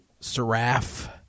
Seraph